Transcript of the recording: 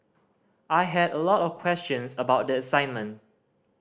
I had a lot of questions about the assignment